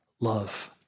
love